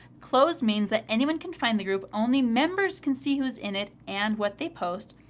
closed means that anyone can find the group, only members can see who is in it and what they post.